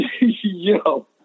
Yo